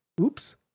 oops